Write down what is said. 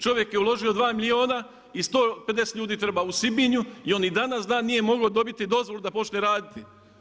Čovjek je uložio 2 milijuna i 150 ljudi treba u Sibinju i on i danas dan nije mogao dobiti dozvolu da počinje raditi.